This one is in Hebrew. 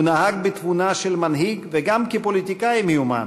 הוא נהג בתבונה של מנהיג וגם כפוליטיקאי מיומן